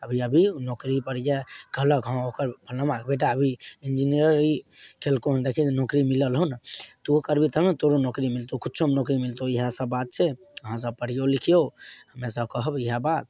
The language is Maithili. अभी अभी उ नौकरीपर यै कहलक हँ ओकर फलनमाके बेटा अभी इंजीनियरिंग कयलकौ हँ देखही नौकरी मिलल हन तूहो करबीही तब ने तोरो नौकरी मिलतौ कुछोमे नौकरी मिलतौ इएह सब बात छै अहाँ सब पढ़ियौ लिखियौ हम्मे सब कहब इएह बात